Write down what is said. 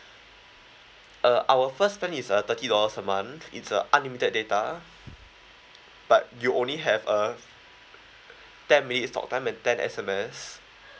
uh our first plan is uh thirty dollars a month it's uh unlimited data but you only have uh ten minutes talk time and ten S_M_S